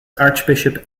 archbishop